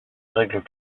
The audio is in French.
règles